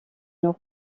nord